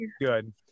good